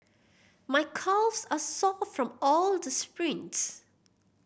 my calves are sore from all the sprints